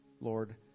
Lord